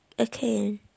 Again